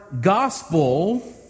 gospel